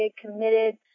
committed